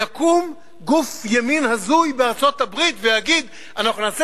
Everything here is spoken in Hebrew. יקום גוף ימין הזוי בארצות-הברית ויגיד: אנחנו נעשה